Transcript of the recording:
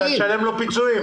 ואתה תשלם לו פיצויים.